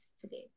today